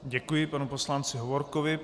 Děkuji panu poslanci Hovorkovi.